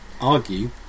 argue